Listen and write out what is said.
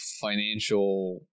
financial